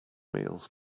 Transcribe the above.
meals